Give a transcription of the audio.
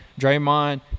draymond